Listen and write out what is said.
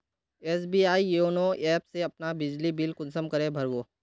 SBI YONO app से अपना बिजली बिल कुंसम करे भर बो?